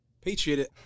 Patriot